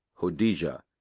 hodijah,